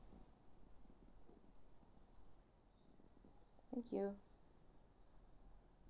thank you